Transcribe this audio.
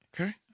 okay